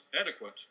adequate